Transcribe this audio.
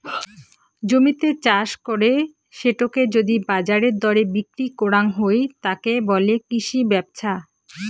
জমিতে চাষ করে সেটোকে যদি বাজারের দরে বিক্রি করাং হই, তাকে বলে কৃষি ব্যপছা